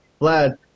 Vlad